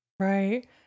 Right